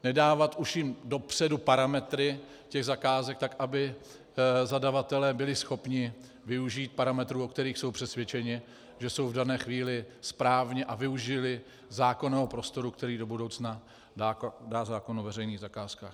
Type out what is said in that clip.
Nedávat už jim dopředu parametry těch zakázek tak, aby zadavatelé byli schopni využít parametrů, o kterých jsou přesvědčeni, že jsou v dané chvíli správně, a využili zákonného prostoru, který do budoucna dá zákon o veřejných zakázkách.